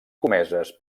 comeses